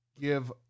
give